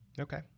Okay